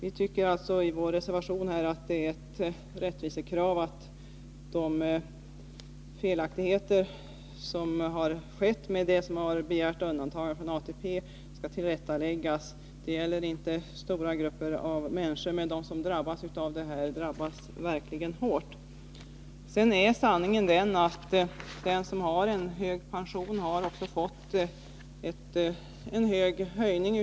I vår reservation har vi framfört att vi tycker det är ett rättvisekrav att de felaktigheter som skett när det gäller dem som har begärt undantagande från ATP skall tillrättaläggas. Det gäller inte stora grupper av människor, men de som drabbas av detta, drabbas verkligen hårt. Sedan vill jag säga att sanningen är, att den som har en hög pension också har fått en stor höjning.